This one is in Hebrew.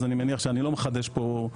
אז אני מניח שאני לא מחדש פה.